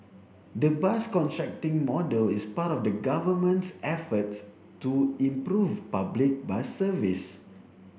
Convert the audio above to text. the bus contracting model is part of the Government's efforts to improve public bus service